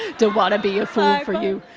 don't want to be a fool for you.